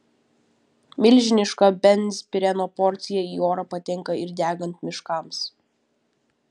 milžiniška benzpireno porcija į orą patenka ir degant miškams